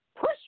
Push